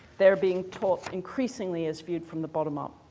they're being taught increasingly as viewed from the bottom up.